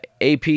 AP